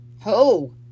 Ho